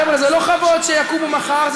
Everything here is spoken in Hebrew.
חבר'ה, אלה לא חוות שיקומו מחר.